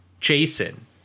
Jason